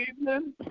evening